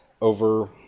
over